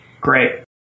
Great